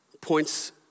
points